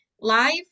live